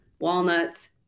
walnuts